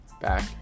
back